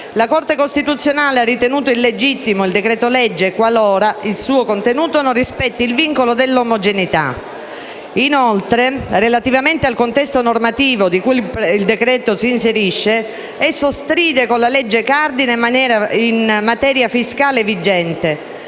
la Corte costituzionale ha ritenuto illegittimo il decreto-legge qualora il suo contenuto non rispetti il vincolo dell'omogeneità. Inoltre, relativamente al contesto normativo in cui il decreto-legge si inserisce, esso stride con la legge cardine in materia fiscale vigente,